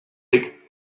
lick